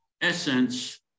essence